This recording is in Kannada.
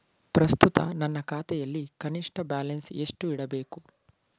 ಪ್ರಸ್ತುತ ನನ್ನ ಖಾತೆಯಲ್ಲಿ ಕನಿಷ್ಠ ಬ್ಯಾಲೆನ್ಸ್ ಎಷ್ಟು ಇಡಬೇಕು?